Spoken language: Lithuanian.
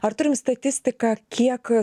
ar turim statistiką kiek